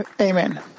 Amen